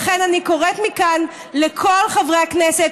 לכן אני קוראת מכאן לכל חברי הכנסת,